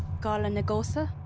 garlan ago, sir